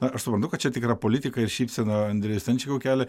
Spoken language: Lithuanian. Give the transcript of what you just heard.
na aš suprantu kad čia tikra politika ir šypseną andrejui stančikui kelia